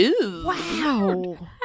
Wow